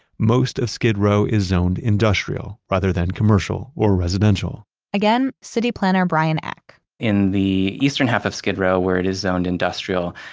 most of skid row is zoned industrial rather than commercial or residential again, city planner, bryan eck in the eastern half of skid row where it is zoned industrial,